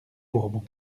bourbons